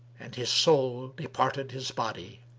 and his soul departed his body